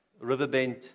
Riverbend